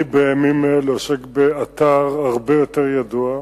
בימים אלה אני עוסק באתר הרבה יותר ידוע,